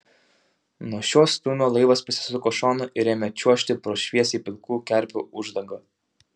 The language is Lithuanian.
nuo šio stūmio laivas pasisuko šonu ir ėmė čiuožti pro šviesiai pilkų kerpių uždangą